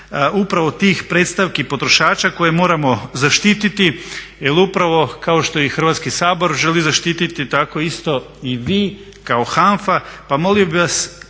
upravo tih predstavki potrošača koje moramo zaštiti jer upravo kao što ih Hrvatski sabor želi zaštiti tako isto i vi kao HANFA.